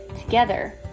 Together